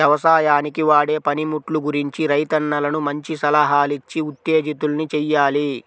యవసాయానికి వాడే పనిముట్లు గురించి రైతన్నలను మంచి సలహాలిచ్చి ఉత్తేజితుల్ని చెయ్యాలి